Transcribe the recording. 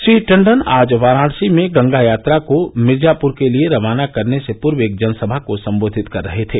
श्री टंडन आज वाराणसी में गंगा यात्रा को मिर्जापुर के लिए रवाना करने से पूर्व एक जनसभा को संबोधित कर रहे थे